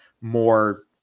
more